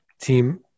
team